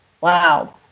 Wow